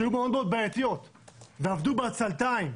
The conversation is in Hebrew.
שהיו מאוד מאוד בעייתיות ועבדו בעצלתיים